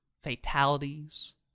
fatalities